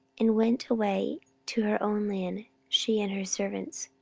and went away to her own land, she and her servants.